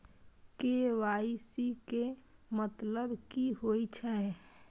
KYC के मतलब कि होई छै?